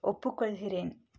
ஒப்புக்கொள்கிறேன்